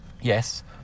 yes